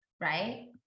right